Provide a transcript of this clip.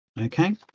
Okay